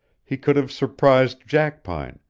he could have surprised jackpine,